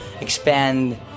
expand